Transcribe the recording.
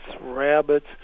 rabbits